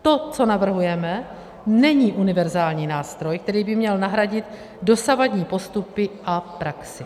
To, co navrhujeme, není univerzální nástroj, který by měl nahradit dosavadní postupy a praxi.